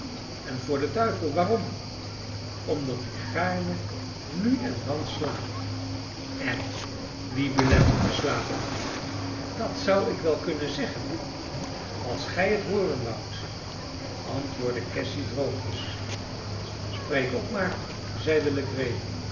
en voor den duivel waarom omdat ik gaarne nu en dan slaap en wie belet u te slapen dat zou ik wel kunnen zeggen als gij het hooren woudt antwoordde cassy droogjes spreek op maar